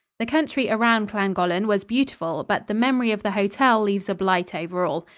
the country around llangollen was beautiful, but the memory of the hotel leaves a blight over all.